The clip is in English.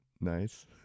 nice